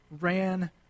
ran